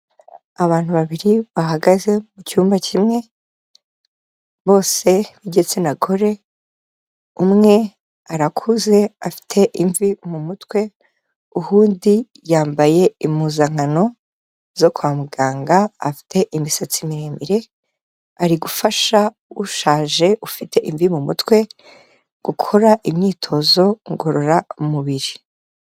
Abantu babiri bahagaze mu cyumba kimwe bose b'igitsina gore, umwe arakuze afite imvi mu mutwe, uwundi yambaye impuzankano zo kwa muganga afite imisatsi miremire ari gufasha ushaje ufite imvi mu mutwe gukora imyitozo ngororamubiri.